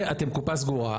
ואתם קופה סגורה.